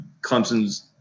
Clemson's